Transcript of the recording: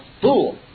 fool